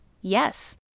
Yes